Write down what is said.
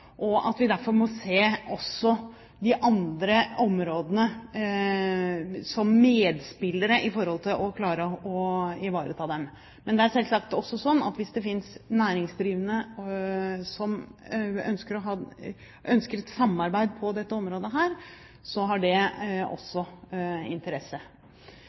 og at vi derfor må se også de andre områdene som medspillere i forhold til å klare å ivareta dem. Men det er selvsagt sånn at hvis det finnes næringsdrivende som ønsker et samarbeid på dette området, så har det også interesse.